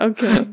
Okay